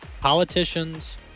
Politicians